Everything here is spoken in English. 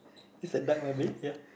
is a duck maybe ya